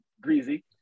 greasy